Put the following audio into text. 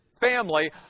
family